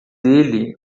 ele